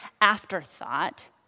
afterthought